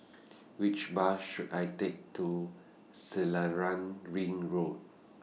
Which Bus should I Take to Selarang Ring Road